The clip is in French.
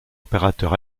opérateur